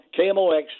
KMOX